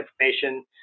information